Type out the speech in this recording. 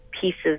pieces